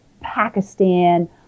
Pakistan